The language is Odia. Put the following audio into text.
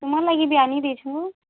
ତୁମର୍ ଲାଗି ଭି ଆନିଦେଇଛୁଁ